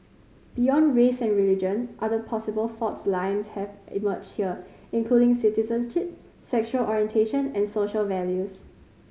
beyond race and religion other possible fault lines have emerged here including citizenship sexual orientation and social values